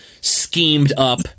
schemed-up